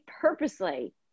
purposely